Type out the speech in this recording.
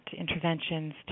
interventions